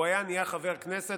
הוא היה נהיה חבר כנסת,